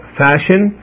fashion